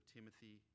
Timothy